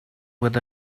with